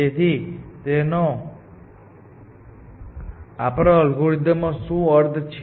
તેથી તેનો આપણા અલ્ગોરિધમમાં શું અર્થ છે